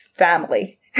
family